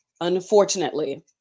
unfortunately